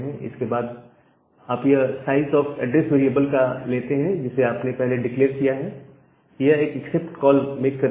इसके बाद आप यह साइजऑफ़ एड्रेस वेरिएबल का लेते हैं जिसे आपने पहले डिक्लेअर किया है और एक एक्सेप्ट कॉल मेक करते हैं